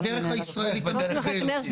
בדרך הישראלית המקובלת.